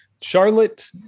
Charlotte